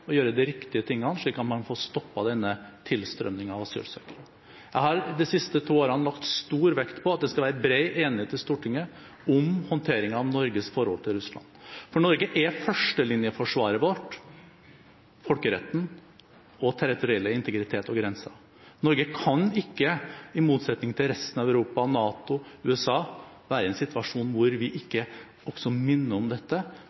gjøre de riktige tingene, slik at man kan få stoppet denne tilstrømningen av asylsøkere. Jeg har de siste to årene lagt stor vekt på at det skal være bred enighet i Stortinget om håndteringen av Norges forhold til Russland. For Norge er førstelinjeforsvaret vårt folkeretten, territoriell integritet og grenser. Norge kan ikke i motsetning til resten av Europa, NATO og USA være i en situasjon hvor vi ikke også minner om dette,